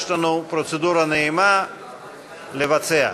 יש לנו פרוצדורה נעימה לבצע,